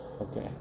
Okay